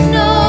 no